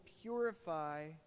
purify